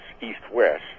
east-west